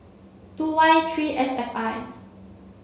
two Y three S F I